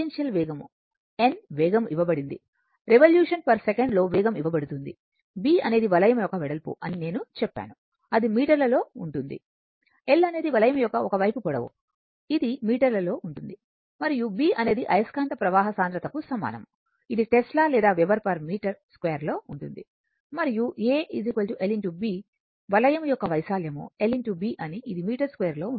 ఇది టాంజెన్షియల్ వేగం n వేగం ఇవ్వబడింది రెవల్యూషన్ భ్రమణము పర్ సెకండ్ లో వేగం ఇవ్వబడుతుంది b అనేది వలయము యొక్క వెడల్పు అని నేను చెప్పాను ఇది మీటర్ లలో ఉంటుంది l అనేది వలయము యొక్క ఒక వైపు పొడవు ఇది మీటర్ లలో ఉంటుంది మరియు B అనేది అయస్కాంత ప్రవాహ సాంద్రతకు సమానం ఇది టెస్లా లేదా వెబెర్ పర్ మీటర్ స్క్వేర్ లో ఉంటుంది మరియు A l b వలయము యొక్క వైశాల్యము l b అని ఇది మీటర్ స్క్వేర్ లో ఉంటుంది